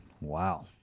Wow